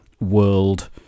world